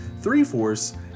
Three-fourths